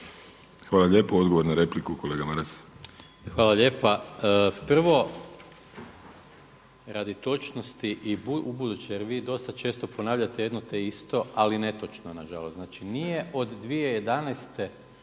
Hvala lijepo. Odgovor na repliku kolega Maras. **Maras, Gordan (SDP)** Hvala lijepa. Prvo, radi točnosti i ubuduće jer vi dosta često ponavljate jedno te isto ali netočno nažalost. Znači nije od 2011.